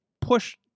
push